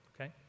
okay